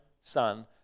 son